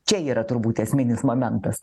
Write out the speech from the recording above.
čia yra turbūt esminis momentas